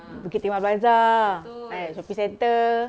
bukit timah plaza eh shopping centre